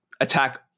attack